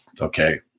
okay